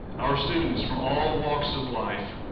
our students, from all walks of life,